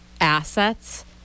assets